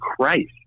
Christ